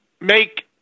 make